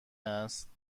است